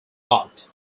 art